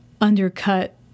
undercut